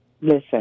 Listen